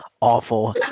awful